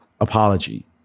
apology